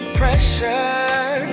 pressure